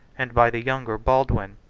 and by the younger, baldwin,